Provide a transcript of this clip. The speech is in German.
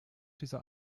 dieser